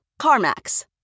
CarMax